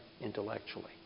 intellectually